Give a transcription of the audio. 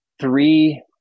three